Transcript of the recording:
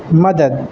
mother